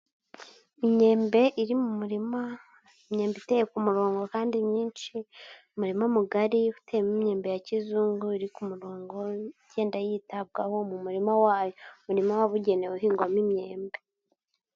Imyembe iri mu murima, imyembe iteye ku murongo kandi myinshi, umurima mugari uteyemo imyembe ya kizungu iri ku murongo igenda yitabwaho mu murima wayo, umurima wababugenewe uhingwamo imyembe.